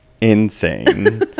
insane